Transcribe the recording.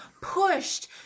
Pushed